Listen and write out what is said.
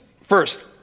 First